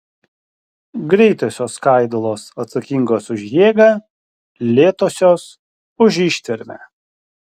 greitosios skaidulos atsakingos už jėgą lėtosios už ištvermę